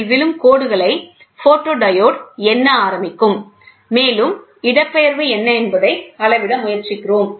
இதில் விழும் கோடுகளை போட்டோ டயோட் எண்ண ஆரம்பிக்கும் மேலும் இடப்பெயர்வு என்ன என்பதை அளவிட முயற்சிக்கிறோம்